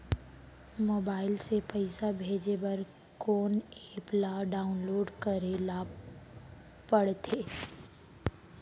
Mobile से पइसा भेजे बर कोन एप ल डाऊनलोड करे ला पड़थे?